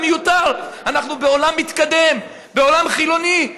זה מיותר, אנחנו בעולם מתקדם, בעולם חילוני.